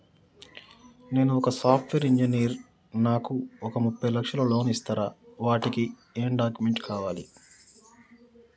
నేను ఒక software engineer నాకు ఒక ముప్పై లక్షల లోన్ ఇస్తరా? వాటికి ఏం డాక్యుమెంట్స్ కావాలి?